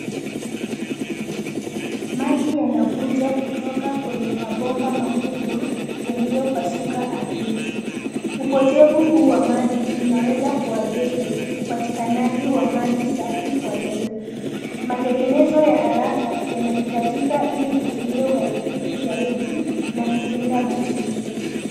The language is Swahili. Maji yanavuja kutoka kwenye mabomba makubwa yaliyo pasuka ardhini. Upotevu huu wa maji unaweza kuadhiri upatikanaji wa maji safi kwa jamii. Matengenezo ya haraka yanahitajika ili kuzuia uharibifu zaidi na kulinda mazingira.